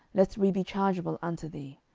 lest we be chargeable unto thee.